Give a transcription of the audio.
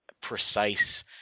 precise